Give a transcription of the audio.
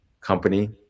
company